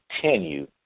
continue